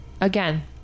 Again